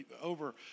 over